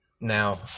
Now